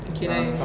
K I